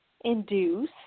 induce